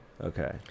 okay